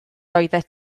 oeddet